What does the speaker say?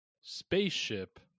spaceship